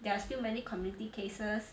there are still many community cases